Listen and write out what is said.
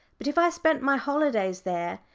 but if i spent my holidays there,